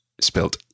spelt